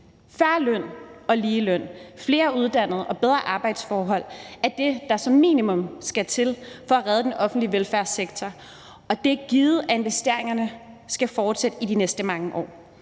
Fair løn og lige løn, flere uddannede og bedre arbejdsforhold er det, der som minimum skal til for at redde den offentlige velfærdssektor, og det er givet, at investeringerne skal fortsætte i de næste mange år.